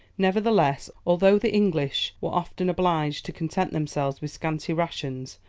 nevertheless, although the english were often obliged to content themselves with scanty rations,